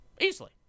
easily